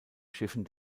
schiffen